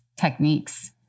techniques